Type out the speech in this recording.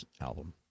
album